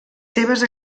seves